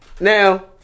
Now